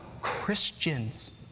Christians